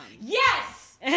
Yes